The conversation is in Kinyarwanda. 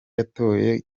yatoye